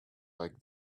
like